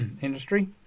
industry